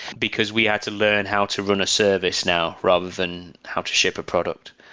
because we had to learn how to run a service now rather than how to ship a product.